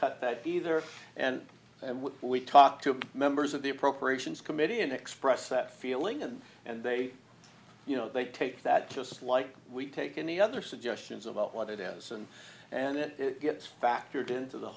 cut either and and when we talk to members of the appropriations committee and express that feeling and and they you know they take that just like we take any other suggestions about what it is and and it gets factored into the